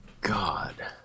God